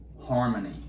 harmony